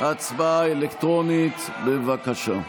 הצבעה אלקטרונית, בבקשה.